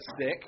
sick